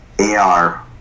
AR